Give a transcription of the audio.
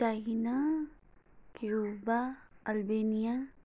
China Cuba Albania